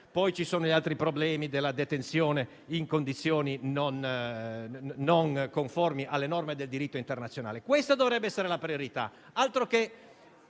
Poi ci sono gli altri problemi della detenzione in condizioni non conformi alle norme del diritto internazionale. Questa dovrebbe essere la priorità;